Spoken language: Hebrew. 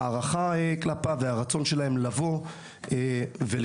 הערכה כלפיו והרצון שלהם לבוא ולשרת.